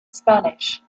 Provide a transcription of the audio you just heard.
spanish